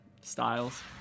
styles